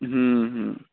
हुँ हुँ